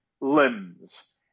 limbs